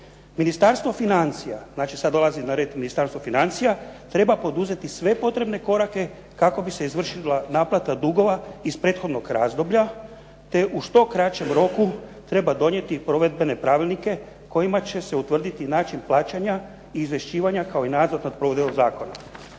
Ministarstvo financija", znači sad dolazi na red Ministarstvo financija "treba poduzeti sve potrebne korake kako bi se izvršila naplata dugova iz prethodnog razdoblja te u što kraćem roku treba donijeti provedbene pravilnike kojime će se utvrditi način plaćanja i izvješćivanja kao i nadzor nad provođenjem ovog